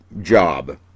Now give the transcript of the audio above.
job